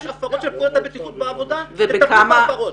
יש הפרות של פקודת הבטיחות בעבודה, טפלו בהפרות.